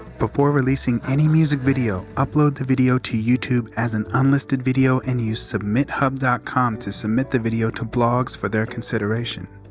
before releasing any music video, upload the video to youtube as an unlisted video and use submithub dot com to submit the video to blogs for their consideration.